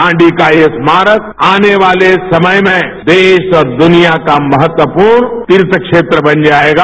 दांडी का यह स्मारक आने वाले समय में देश और दूनिया का महत्वपूर्ण तीर्थ क्षेत्र बन जाएगा